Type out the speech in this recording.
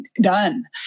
done